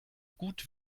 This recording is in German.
gut